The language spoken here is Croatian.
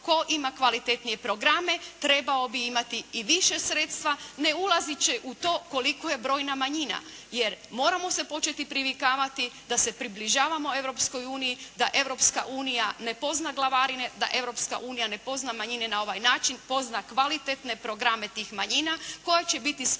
tko ima kvalitetnije programe trebao bi imati i više sredstva ne ulazeći u to koliko je brojna manjina. Jer moramo se početi privikavati da se približavamo Europskoj uniji, da Europska unija ne poznaje glavarine, da Europska unija ne pozna manjine na ovaj način. Pozna kvalitetne programe tih manjina koje će biti spremna